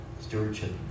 Stewardship